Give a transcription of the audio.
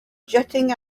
jetting